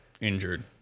injured